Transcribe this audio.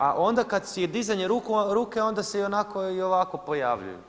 A onda kad je dizanje ruku onda se i onako i ovako pojavljuju.